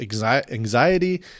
anxiety